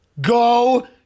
Go